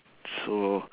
so